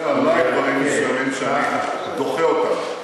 אתה אומר עלי דברים מסוימים שאני דוחה אותם.